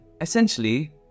essentially